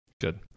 Good